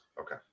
Okay